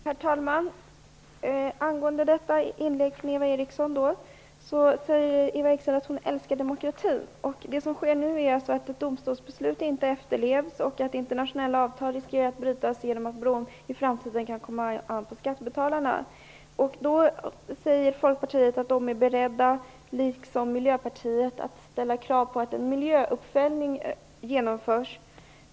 Herr talman! Eva Eriksson säger i sitt inlägg att hon älskar demokratin. Det som nu sker innebär att ett domstolsbeslut inte efterlevs och att internationella avtal riskerar att brytas genom att bron i framtiden kan komma an på skattebetalarna. Folkpartiet säger sig liksom Miljöpartiet vara beredda att ställa krav på att en miljöuppföljning genomförs.